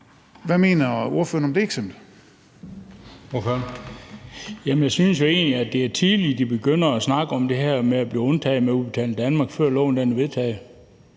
17:29 Bent Bøgsted (DF): Jamen jeg synes jo egentlig, at det er tidligt, at vi begynder at snakke om det her med at blive undtaget og Udbetaling Danmark, før lovforslaget er vedtaget.